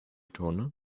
tonne